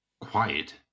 quiet